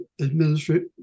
administrative